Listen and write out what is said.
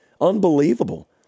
Unbelievable